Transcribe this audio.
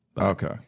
okay